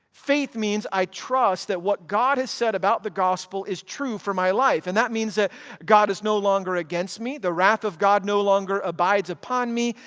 faith means i trust that what god has said about the gospel is true for my life, and that means that god is no longer against me. the wrath of god no longer abides upon me,